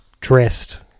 dressed